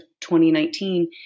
2019